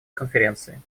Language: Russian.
конференции